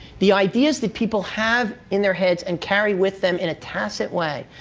the ideas that people have in their heads and carry with them in a tacit way,